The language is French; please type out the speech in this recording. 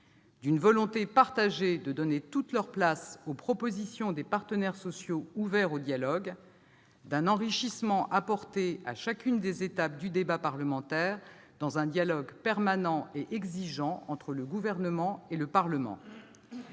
d'une volonté partagée de donner toute leur place aux propositions des partenaires sociaux ouverts au dialogue, d'un enrichissement permis à chacune des étapes du débat parlementaire par un dialogue permanent et exigeant entre le Gouvernement et le Parlement.